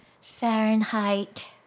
Fahrenheit